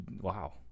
Wow